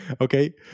Okay